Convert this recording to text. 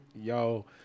yo